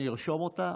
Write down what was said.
אני ארשום אותה,